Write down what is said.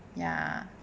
ya